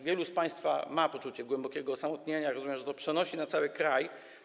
Wielu z państwa ma poczucie głębokiego osamotnienia, rozumiem, że przenosi to na cały kraj.